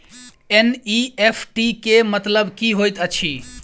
NEFT केँ मतलब की होइत अछि?